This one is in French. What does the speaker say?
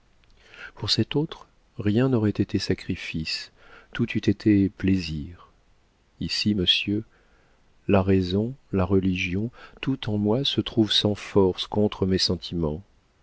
pour cet autre rien n'aurait été sacrifice tout eût été plaisir ici monsieur la raison la religion tout en moi se trouve sans force contre mes sentiments